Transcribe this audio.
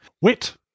wit